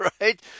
right